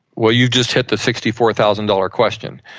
well, you just hit the sixty four thousand dollars question.